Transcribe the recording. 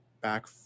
back